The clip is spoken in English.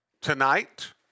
Tonight